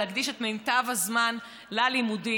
להקדיש את מיטב הזמן ללימודים,